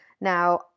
Now